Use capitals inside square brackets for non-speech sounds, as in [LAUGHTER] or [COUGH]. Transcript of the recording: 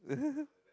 [LAUGHS]